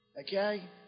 Okay